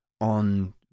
on